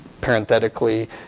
parenthetically